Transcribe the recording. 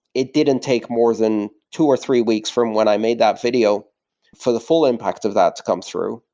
it didn't take more than two or three weeks from when i made that video for the full impact of that to come through.